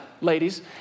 ladies